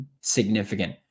significant